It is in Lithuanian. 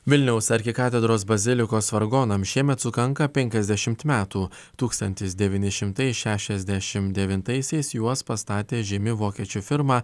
vilniaus arkikatedros bazilikos vargonams šiemet sukanka penkiasdešimt metų tūkstantis devyni šimtai šešiasdešim devintaisiais juos pastatė žymi vokiečių firma